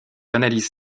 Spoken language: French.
analyses